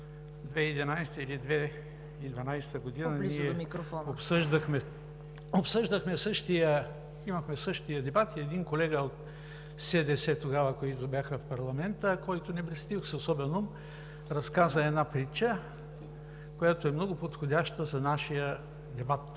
2011-а или 2012 г. ние имахме същия дебат и един колега от СДС тогава, които бяха в парламента, който не блести с особен ум, разказа една притча, която е много подходяща за нашия дебат